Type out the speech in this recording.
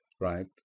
right